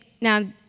now